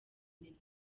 ebyiri